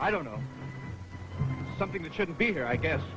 i don't know something that shouldn't be here i guess